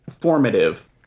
Formative